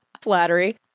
Flattery